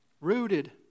rooted